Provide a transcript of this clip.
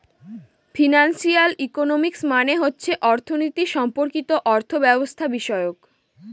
financial economics মানে হচ্ছে অর্থনীতি সম্পর্কিত অর্থব্যবস্থাবিষয়ক